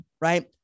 right